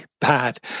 bad